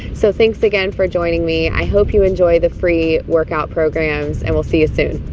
so thanks again for joining me. i hope you enjoy the free workout programs and we'll see you soon